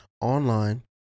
online